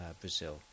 Brazil